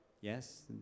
Yes